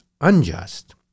unjust